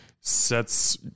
sets –